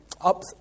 up